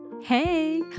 Hey